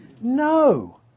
No